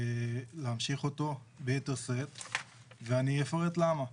להמשיך אותו ביתר שאת ואני אפרט למה.